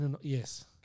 Yes